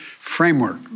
framework